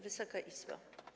Wysoka Izbo!